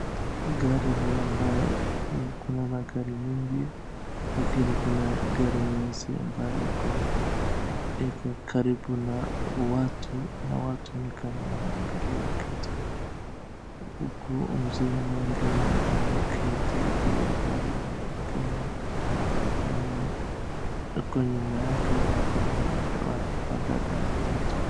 Gari huu ambayo kuna magari mengi lakini kuna gari nyeusi ambayo iko iko karibu na watu na watu ni kama wanaangalia kitu. Huku mzee mwingine ameketi juu ya gari na mwingine ame ako nyuma yake na kuna wadada watatu.